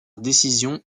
décision